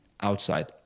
outside